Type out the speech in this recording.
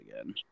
again